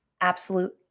absolute